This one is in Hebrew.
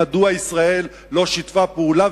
מדוע ישראל לא שיתפה פעולה,